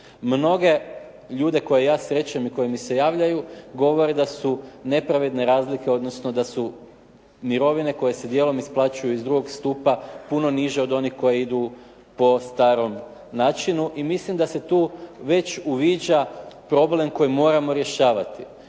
Mnoge ljude koje ja srećem i koji mi se javljaju govore da su nepravedne razlike odnosno da su mirovine koje se dijelom isplaćuju iz drugog stupa puno niže od onih koji idu po starom načinu i mislim da se tu već uviđa problem koji moramo rješavati.